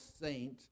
saint